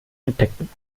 entdecken